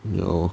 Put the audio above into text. you know